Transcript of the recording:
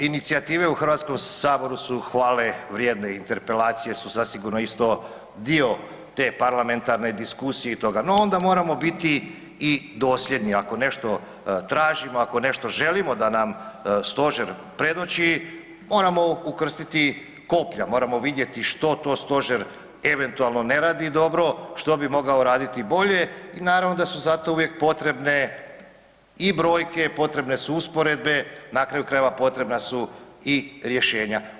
Inicijative u Hrvatskom saboru su hvalevrijedne, interpelacije su zasigurno isto dio te parlamentarne diskusije i toga, no onda moramo biti i dosljedni ako nešto tražimo, ako nešto želimo, da nam stožer predoči, moramo ukrstiti koplja, moramo vidjeti što to stožer eventualno ne radi dobro, što bi mogao raditi bolje i naravno da su zato uvijek potrebne i brojke, potrebne su usporedbe, na kraju krajeva, potrebna su i rješenja.